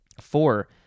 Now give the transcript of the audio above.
Four